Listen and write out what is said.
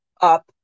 up